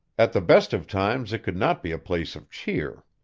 at the best of times it could not be a place of cheer.